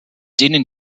denen